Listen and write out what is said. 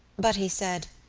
but he said